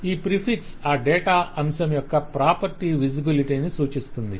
ఆ ప్రీఫిక్స్ ఆ డేటా అంశం యొక్క ప్రాపర్టీ విజిబిలిటీ ని సూచిస్తుంది